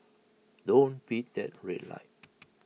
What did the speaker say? don't beat that red light